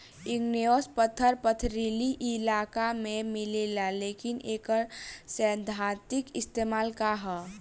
Igneous पत्थर पथरीली इलाका में मिलेला लेकिन एकर सैद्धांतिक इस्तेमाल का ह?